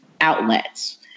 outlets